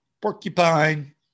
Porcupine